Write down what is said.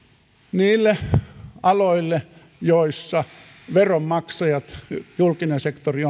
niille aloille joilla veronmaksajat julkinen sektori